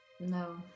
No